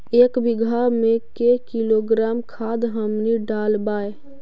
एक बीघा मे के किलोग्राम खाद हमनि डालबाय?